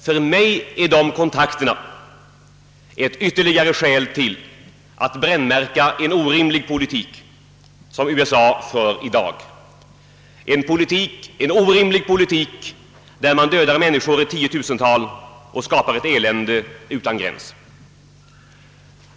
För mig är dessa kontakter ett ytterligare skäl att brännmärka den orimliga politik som USA för i dag, en orimlig politik där man dödar människor i tiotusental och skapar ett elände utan gräns.